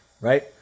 Right